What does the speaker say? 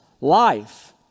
life